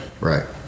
Right